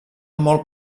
molt